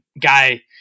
guy